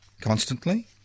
constantly